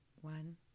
One